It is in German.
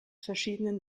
verschiedenen